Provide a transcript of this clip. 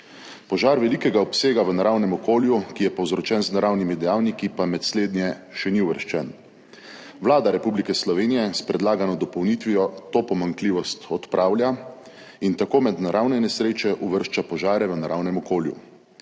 Požar velikega obsega v naravnem okolju, ki je povzročen z naravnimi dejavniki, pa med slednje še ni uvrščen. Vlada Republike Slovenije s predlagano dopolnitvijo to pomanjkljivost odpravlja in tako med naravne nesreče uvršča požare v naravnem okolju.